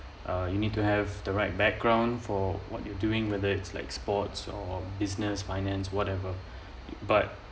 uh you need to have the right background for what you doing whether it's like sports or business finance whatever but